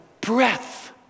breath